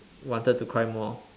wanted to cry more